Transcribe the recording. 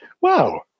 wow